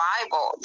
Bible